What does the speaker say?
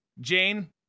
Jane